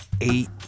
eight